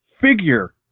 figure